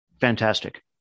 Fantastic